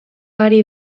ari